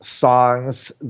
songs